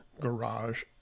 garage